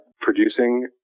producing